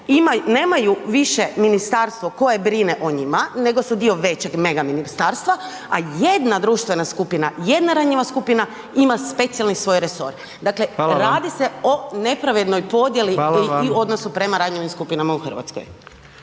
nemaju više ministarstvo koje brine o njima nego su dio većeg mega ministarstva a jedna društvena skupina, jedna ranjiva skupina, ima specijalni svoj resor. Dakle, radi se o nepravednoj podjeli i odnosu prema ranjivim skupinama u Hrvatskoj.